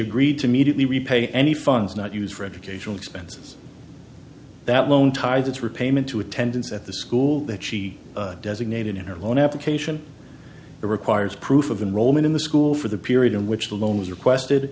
agreed to meet me repay any funds not used for educational expenses that loan tied its repayment to attendance at the school that she designated in her loan application requires proof of enrollment in the school for the period in which the loan was requested